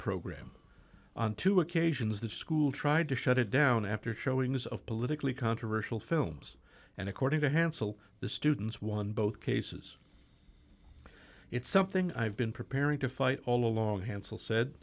program on two occasions the school tried to shut it down after showings of politically controversial films and according to hansel the students won both cases it's something i've been preparing to fight all along hansell said